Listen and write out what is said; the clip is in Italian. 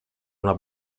una